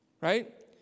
Right